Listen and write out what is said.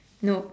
no